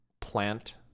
plant